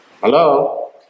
hello